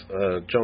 John